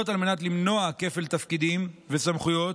על מנת למנוע כפל תפקידים וסמכויות,